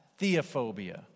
theophobia